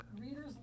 Readers